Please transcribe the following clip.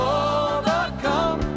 overcome